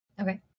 okay